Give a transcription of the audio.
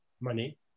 money